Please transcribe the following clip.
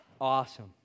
Awesome